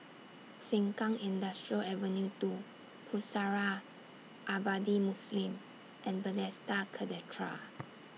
Sengkang Industrial Avenue two Pusara Abadi Muslim and Bethesda Cathedral